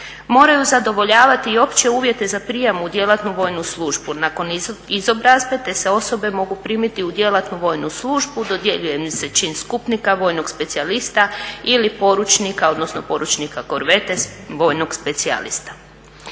Moraju zadovoljavati opće uvjete za prijam u djelatnu vojnu službu nakon izobrazbe te se osobe mogu primiti u djelatnu vojnu službu, dodjeljuje im se čin skupnika vojnog specijalista ili poručnika odnosno poručnika korvete vojnog specijalista.